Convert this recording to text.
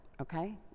okay